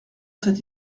cet